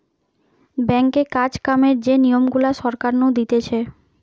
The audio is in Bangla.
ব্যাঙ্কে কাজ কামের যে নিয়ম গুলা সরকার নু দিতেছে